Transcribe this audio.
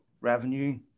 revenue